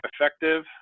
effective